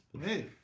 Hey